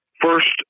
first